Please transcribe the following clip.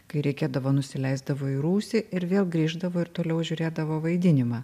kai reikėdavo nusileisdavo į rūsį ir vėl grįždavo ir toliau žiūrėdavo vaidinimą